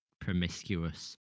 promiscuous